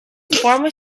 former